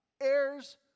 Heirs